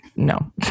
No